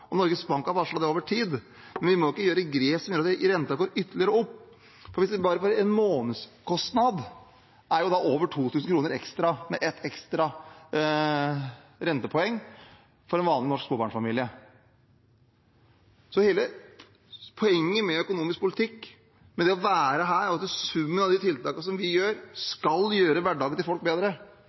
og Norges Bank har varslet det over tid, men vi må ikke ta grep som gjør at renten går ytterligere opp. For bare én månedskostnad med ett ekstra rentepoeng er på over 2 000 kr ekstra for en vanlig norsk småbarnsfamilie. Hele poenget med økonomisk politikk, med det å være her, er at det er summen av de tiltakene som vi gjør, skal gjøre hverdagen til folk bedre.